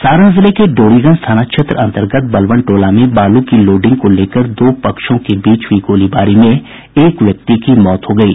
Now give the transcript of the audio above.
सारण जिले के डोरीगंज थाना क्षेत्र अंतर्गत बलवन टोला में बालू की लोडिंग को लेकर दो पक्षों के बीच हुई गोलीबारी में एक व्यक्ति की मौत हो गयी